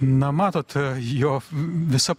na matot jo visa